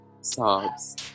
sobs